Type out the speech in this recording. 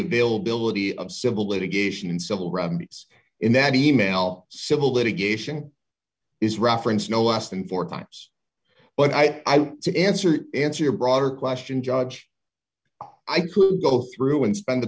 availability of civil litigation and civil remedies in that e mail civil litigation is referenced no i asked him four times but i i want to answer answer your broader question judge i could go through and spend the